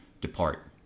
depart